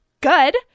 good